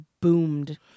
boomed